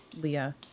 Leah